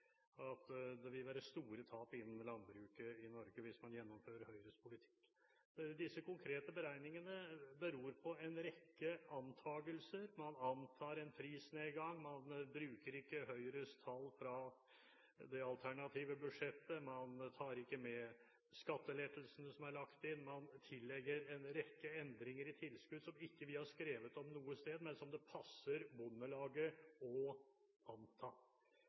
at det vil være store tap innen landbruket i Norge hvis man gjennomfører Høyres politikk. Disse konkrete beregningene beror på en rekke antagelser. Man antar en prisnedgang, man bruker ikke Høyres tall fra det alternative budsjettet, man tar ikke med skattelettelsene som er lagt inn, og man tillegger en rekke endringer i tilskudd som vi ikke har skrevet noe sted, men som det passer Bondelaget